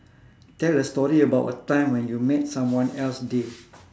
tell a story about a time when you made someone else day